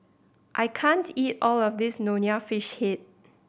I can't eat all of this Nonya Fish Head